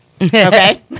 Okay